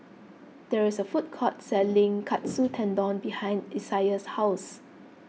there is a food court selling Katsu Tendon behind Isiah's house